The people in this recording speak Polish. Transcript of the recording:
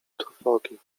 trwogi